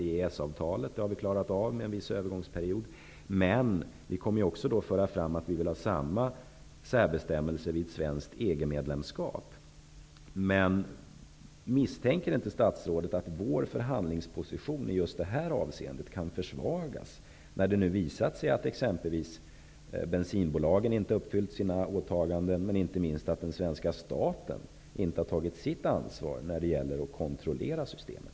Det har vi också klarat, men med en viss övergångsperiod. Men vi kommer också att föra fram att vi vill ha samma särbestämmelser vid ett svenskt EG-medlemskap. Misstänker inte statsrådet att vår förhandlingsposition i just det här avseendet kan försvagas? Det har ju visat sig att exempelvis bensinbolagen inte har uppfyllt sina åtaganden och, inte minst, att svenska staten inte har tagit sitt ansvar när det gäller att kontrollera systemet.